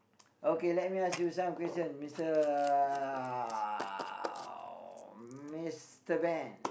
okay let me ask you some question Mister uh Mister Band